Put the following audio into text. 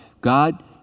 God